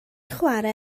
chwarae